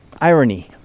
irony